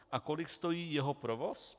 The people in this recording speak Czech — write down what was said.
A kolik stojí jeho provoz?